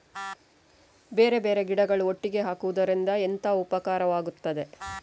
ಬೇರೆ ಬೇರೆ ಗಿಡಗಳು ಒಟ್ಟಿಗೆ ಹಾಕುದರಿಂದ ಎಂತ ಉಪಕಾರವಾಗುತ್ತದೆ?